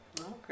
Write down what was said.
Okay